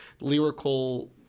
lyrical